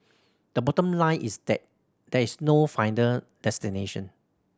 the bottom line is that there is no final destination